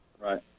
Right